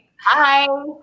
Hi